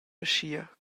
aschia